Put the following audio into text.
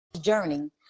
Journey